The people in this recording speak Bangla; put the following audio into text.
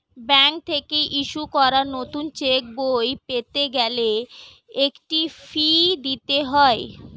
ব্যাংক থেকে ইস্যু করা নতুন চেকবই পেতে গেলে একটা ফি দিতে হয়